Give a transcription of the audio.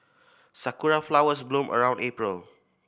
sakura flowers bloom around April